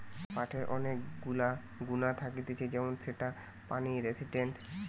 পাটের অনেক গুলা গুণা থাকতিছে যেমন সেটা পানি রেসিস্টেন্ট